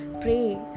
pray